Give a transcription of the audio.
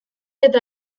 eta